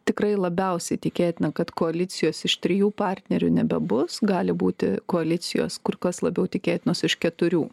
tikrai labiausiai tikėtina kad koalicijos iš trijų partnerių nebebus gali būti koalicijos kur kas labiau tikėtinos iš keturių